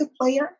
player